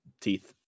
teeth